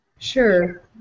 Sure